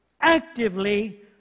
Actively